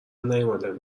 نیومدم